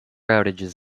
outages